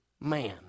man